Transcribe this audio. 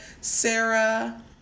Sarah